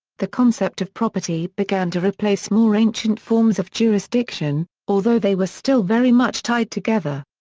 the concept of property began to replace more ancient forms of jurisdiction, although they were still very much tied together.